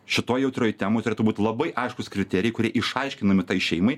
šitoj jautrioj temoj turėtų būt labai aiškūs kriterijai kurie išaiškinami tai šeimai